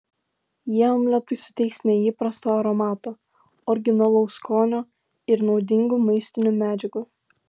jie omletui suteiks neįprasto aromato originalaus skonio ir naudingų maistinių medžiagų